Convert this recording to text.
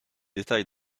détails